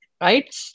right